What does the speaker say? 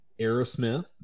Aerosmith